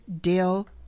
dill